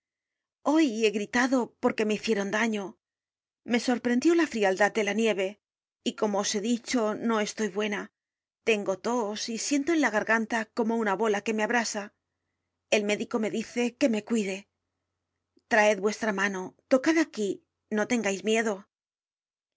hoy he gritado porque me hicieron daño me sorprendió la frialdad de la nieve y como os he dicho no estoy buena tengo tos y siento en la garganta como una bola que me abrasa el médico me dice que me cuide traed vuestra mano tocad aquí no ten gais miedo